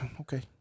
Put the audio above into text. Okay